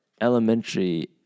elementary